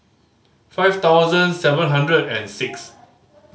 five thousand seven hundred and six